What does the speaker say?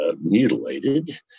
mutilated